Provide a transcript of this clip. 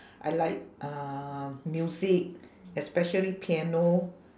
I like uh music especially piano